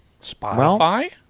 Spotify